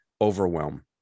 overwhelm